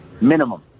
Minimum